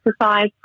exercise